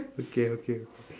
okay okay